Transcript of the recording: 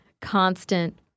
constant